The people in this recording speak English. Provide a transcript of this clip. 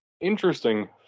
Interesting